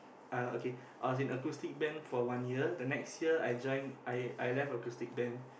uh okay I was in acoustics band for one year the next year I join I I left acoustics band